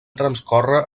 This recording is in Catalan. transcórrer